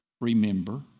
remember